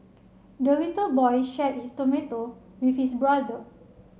the little boy shared his tomato with his brother